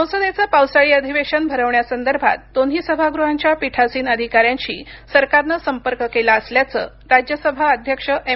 संसदेचं पावसाळी अधिवेशन भरविण्यासंदर्भात दोन्ही सभागृहांच्या पीठासीन अधिकाऱ्यांशी सरकारनं संपर्क केला असल्याचं राज्यसभा अध्यक्ष एम